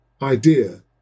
idea